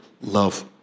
love